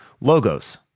Logos